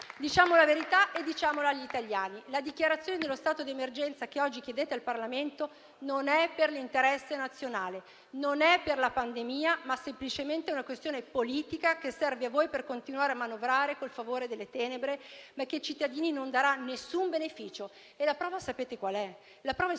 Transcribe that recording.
Diciamo la verità e diciamola agli italiani: la dichiarazione dello stato d'emergenza che oggi chiedete al Parlamento non è per l'interesse nazionale né per la pandemia, ma è semplicemente una questione politica, che serve a voi per continuare a manovrare col favore delle tenebre, che ai cittadini non darà però alcun beneficio. La prova sapete qual è? È sotto